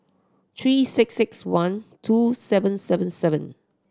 three six six one two seven seven seven